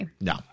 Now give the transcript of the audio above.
No